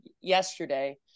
yesterday